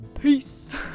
Peace